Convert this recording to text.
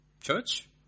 church